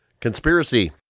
Conspiracy